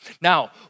Now